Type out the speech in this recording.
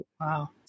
Wow